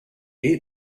ate